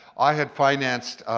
i had financed